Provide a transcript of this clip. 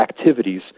activities